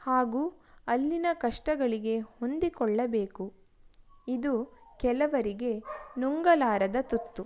ಹಾಗೂ ಅಲ್ಲಿನ ಕಷ್ಟಗಳಿಗೆ ಹೊಂದಿಕೊಳ್ಳಬೇಕು ಇದು ಕೆಲವರಿಗೆ ನುಂಗಲಾರದ ತುತ್ತು